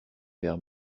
vers